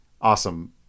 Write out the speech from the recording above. awesome